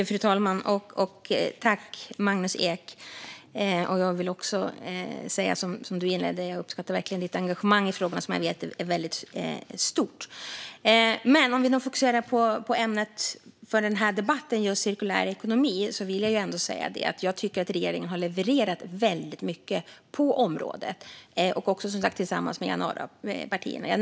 Fru talman! Jag uppskattar Magnus Eks stora engagemang i frågan. Låt oss fokusera på ämnet för debatten, nämligen cirkulär ekonomi. Jag tycker att regeringen har levererat väldigt mycket på detta område tillsammans med januaripartierna.